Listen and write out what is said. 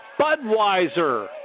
Budweiser